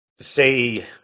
say